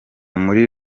muri